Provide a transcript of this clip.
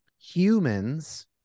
humans